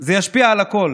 זה ישפיע על הכול,